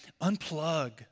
Unplug